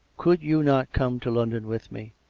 could you not come to london with me?